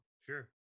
sure